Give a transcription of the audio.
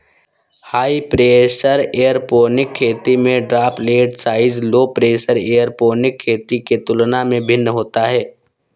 high pressure aeroponic खेती में droplet size low pressure aeroponic खेती के तुलना में भिन्न होता है